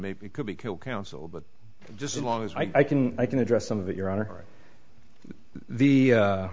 maybe it could be killed counsel but just as long as i can i can address some of that your honor the